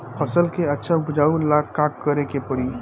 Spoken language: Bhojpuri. फसल के अच्छा उपजाव ला का करे के परी?